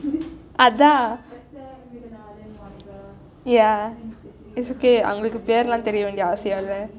அதான்:athaan ya ~